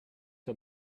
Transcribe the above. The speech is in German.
der